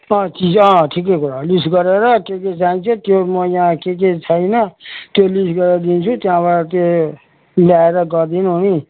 अँ ठिक अँ ठिकै कुरा हो लिस्ट गरेर के के चाहिन्छ त्यो म यहाँ के के छैन त्यो लिस्ट गरेर दिन्छु त्यहाँबाट त्यो ल्याएर गरिदिनु नि